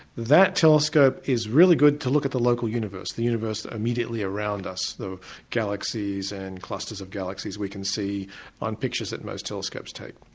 that telescope is really good to look at the local universe, the universe immediately around us, the galaxies and clusters of galaxies we can see on pictures that most telescopes take.